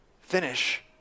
finish